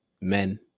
men